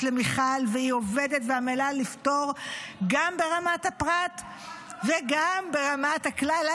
למיכל והיא עובדת ועמלה לפתור גם ברמת הפרט וגם ברמת הכלל.